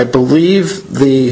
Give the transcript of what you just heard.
believe the